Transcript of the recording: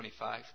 25